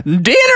Dinner